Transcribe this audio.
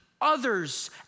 others